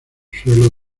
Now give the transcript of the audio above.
suelo